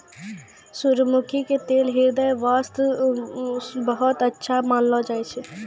सूरजमुखी के तेल ह्रदय वास्तॅ बहुत अच्छा मानलो जाय छै